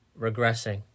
regressing